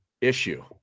issue